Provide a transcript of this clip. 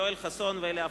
יואל חסון ואלי אפללו,